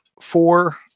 four